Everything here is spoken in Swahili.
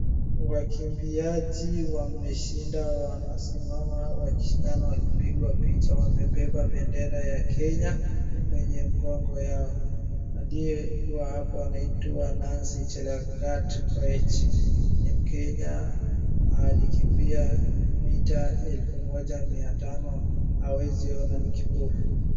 Wakimbiaji wameshinda wanasimama wakipigwa picha. Wamebeba bendera ya Kenya kwenye mgongo yao. Aliyekuwa hapo anaitwa Nancy Chelagat Koech, ni mkenya alikimbia mita elfu moja mia tano, hawezi ona ni kipofu.